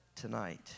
tonight